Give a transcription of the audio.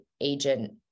agent